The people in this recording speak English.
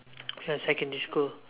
secondary school